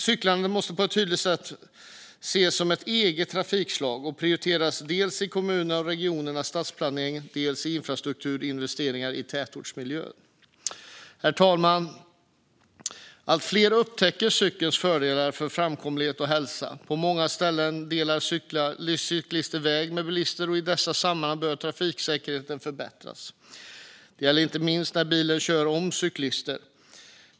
Cykeln måste på ett tydligare sätt ses som ett eget trafikslag och prioriteras dels i kommuners och regioners stadsplanering, dels i infrastrukturinvesteringar i tätortsmiljö. Herr talman! Allt fler upptäcker cykelns fördelar när det gäller framkomlighet och hälsa. På många ställen delar cyklister väg med bilister, och i dessa sammanhang behöver trafiksäkerheten förbättras. Det gäller inte minst när bilar kör om cyklister.